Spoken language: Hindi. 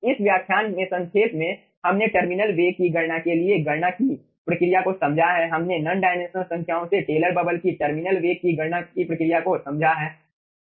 इस व्याख्यान में संक्षेप में हमने टर्मिनल वेग की गणना के लिए गणना की प्रक्रिया को समझा है हमने नॉन डायमेंशनल संख्याओं से टेलर बबल की टर्मिनल वेग की गणना की प्रक्रिया को समझा है